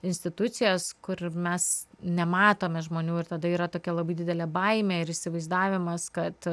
institucijas kur mes nematome žmonių ir tada yra tokia labai didelė baimė ir įsivaizdavimas kad